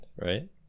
Right